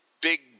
big